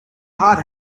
hard